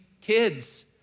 kids